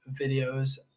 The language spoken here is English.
videos